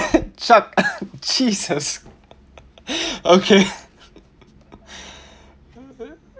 chuck jesus okay